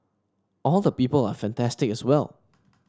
all the people are fantastic as well